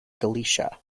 galicia